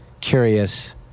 curious